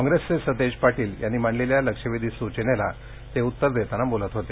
काँग्रेसचे सतेज पाटील यांनी मांडलेल्या लक्षवेधी सुचनेला ते उत्तर देत होते